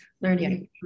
learning